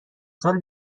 سال